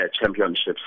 championships